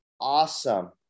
Awesome